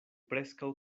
preskaŭ